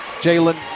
Jalen